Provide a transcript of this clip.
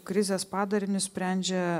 krizės padarinius sprendžia